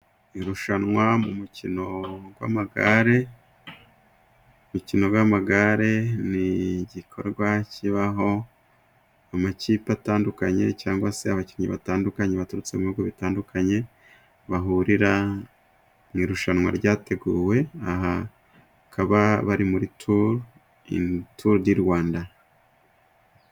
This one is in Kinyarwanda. Irushanwa mu mukino w'amagare imikino y'amagare ni igikorwa kibaho mu makipe atandukanye cyangwa se abakinnyi batandukanye baturutse mu bihugu bitandukanye bahurira mu irushanwa ryateguwe aha bakaba bari muri turi di rwanda